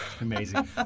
Amazing